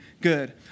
good